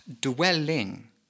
dwelling